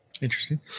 Interesting